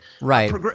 Right